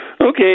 Okay